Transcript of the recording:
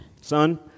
Son